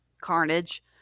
carnage